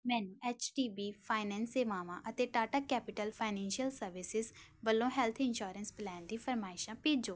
ਮੈਨੂੰ H D B finance ਸੇਵਾਵਾਂ ਅਤੇ ਟਾਟਾ ਕੈਪੀਟਲ ਫਾਈਨੈਂਸ਼ੀਅਲ ਸਰਵਿਸਿਜ਼ ਵੱਲੋ ਹੈੱਲਥ ਇੰਸ਼ੋਰੈਂਸ ਪਲੈਨ ਦੀ ਫਰਮਾਇਸ਼ਾ ਭੇਜੋ